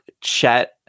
Chet